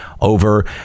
Over